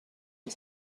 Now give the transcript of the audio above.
was